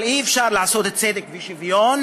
אבל אי-אפשר לעשות צדק ושוויון